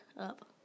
up